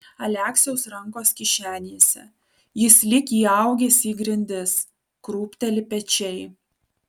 aleksiaus rankos kišenėse jis lyg įaugęs į grindis krūpteli pečiai